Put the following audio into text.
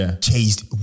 chased